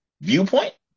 viewpoint